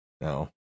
No